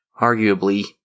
arguably